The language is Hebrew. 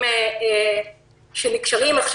אנשים שנקשרים עכשיו.